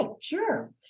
sure